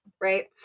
right